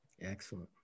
Excellent